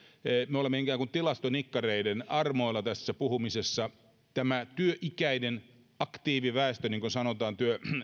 me olemme ikään kuin tilastonikkareiden armoilla tästä puhumisessa tämä työikäinen aktiiviväestö niin kuin sanotaan